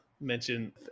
mention